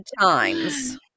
times